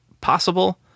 possible